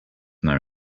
have